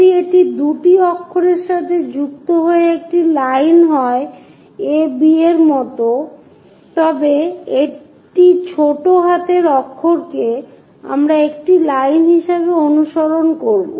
যদি এটি দুটি অক্ষরের সাথে যুক্ত হয়ে একটি লাইন হয় a b এর মতো হয় তবে একটি ছোট হাতের অক্ষরকে একটি লাইন হিসাবে অনুসরণ করা হয়